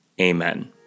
amen